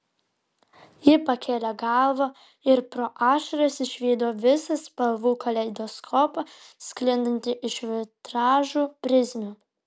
ji pakėlė galvą ir pro ašaras išvydo visą spalvų kaleidoskopą sklindantį iš vitražų prizmių